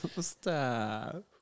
Stop